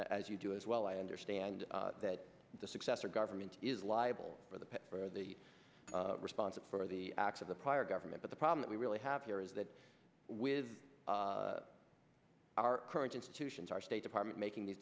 as you do as well i understand that the successor government is liable for the pay for the responsible for the acts of the prior government but the problem that we really have here is that with our current institutions our state department making these